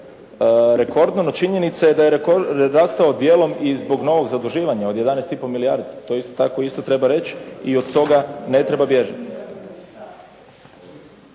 rekordno, no činjenica je da je rastao dijelom i zbog novog zaduživanja od 11 i pol milijardi. To isto tako isto treba reći i od toga ne treba bježati.